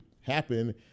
happen